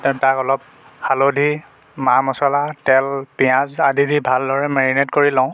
তাক অলপ হালধি মা মচলা তেল পিঁয়াজ আদি দি ভালদৰে মেৰিনেট কৰি লওঁ